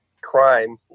crime